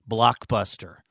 Blockbuster